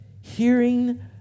hearing